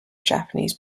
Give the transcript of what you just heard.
japanese